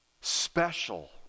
special